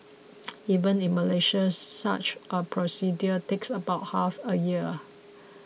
even in Malaysia such a procedure takes about half a year